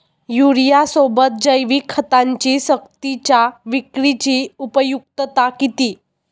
युरियासोबत जैविक खतांची सक्तीच्या विक्रीची उपयुक्तता किती?